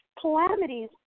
calamities